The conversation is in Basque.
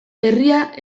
herria